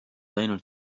ainult